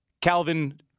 Calvin